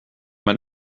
man